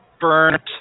Burnt